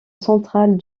centrale